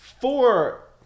Four